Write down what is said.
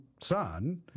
son